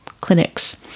clinics